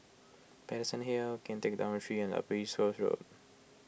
Paterson Hill Kian Teck Dormitory and Upper East Coast Road